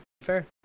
fair